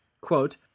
quote